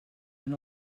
and